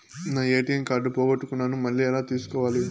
నా ATM card పోగొట్టుకున్నాను, మళ్ళీ ఎలా తీసుకోవాలి?